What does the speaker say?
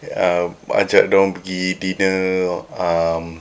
uh ajak dia orang pergi dinner um